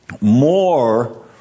more